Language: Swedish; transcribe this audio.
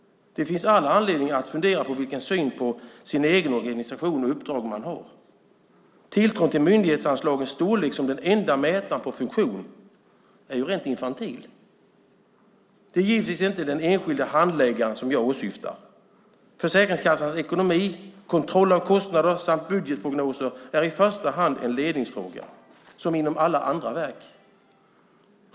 Det finns all anledning att fundera på vilken syn på den egna organisationen och det egna uppdraget man har. Tilltron till myndighetsanslagets storlek som den enda mätaren på funktion är rätt infantil. Det är givetvis inte den enskilda handläggaren som jag åsyftar. Försäkringskassans ekonomi, kontroll av kostnader samt budgetprognoser är i första hand en ledningsfråga som inom alla andra verk.